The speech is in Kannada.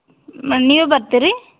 ನೀವು ಬರ್ತೀರಿ